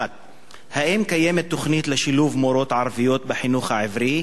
1. האם קיימת תוכנית לשילוב מורות ערביות בחינוך העברי?